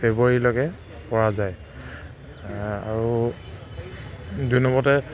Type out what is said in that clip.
ফেব্ৰুৱাৰীলৈকে পৰা যায় আৰু দুই নম্বৰতে